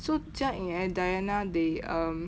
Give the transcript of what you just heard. so jia ying and diana they um